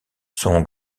son